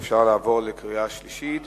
אפשר לעבור לקריאה שלישית?